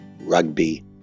rugby